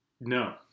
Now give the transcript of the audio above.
no